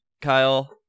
Kyle